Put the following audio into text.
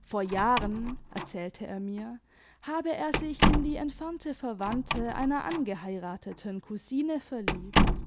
vor jahren erzählte er mir habe er sich in die entfernte verwandte einer angeheirateten cousine verliebt